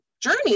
journey